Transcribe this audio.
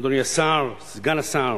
אדוני השר, סגן השר,